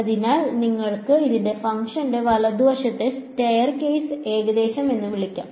അതിനാൽ നിങ്ങൾക്ക് ഇതിനെ ഫംഗ്ഷന്റെ വലതുവശത്തെ സ്റ്റെയർകേസ് ഏകദേശം എന്നും വിളിക്കാം